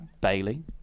Bailey